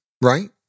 right